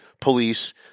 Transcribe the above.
police